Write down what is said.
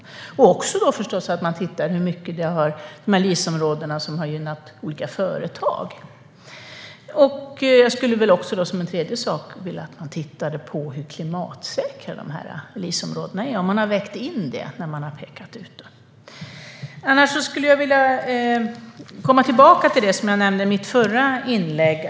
Jag skulle också vilja att man tittar på hur LIS-områdena har gynnat olika företag. En tredje sak som jag vill att man tittar på är hur klimatsäkra LIS-områdena är, och om man har vägt in detta när områdena har pekats ut. Jag vill komma tillbaka till det som jag nämnde i mitt förra inlägg.